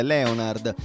Leonard